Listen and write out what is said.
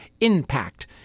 IMPACT